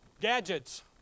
Gadgets